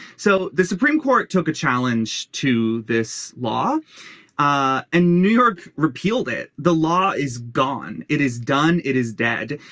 so the supreme court took a challenge to this law in ah and new york repealed it. the law is gone. it is done. it is dead.